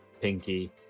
pinky